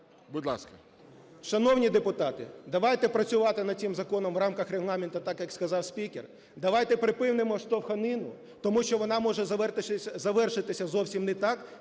Будь ласка.